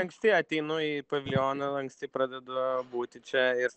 anksti ateinu į paviljoną anksti pradedu būti čia ir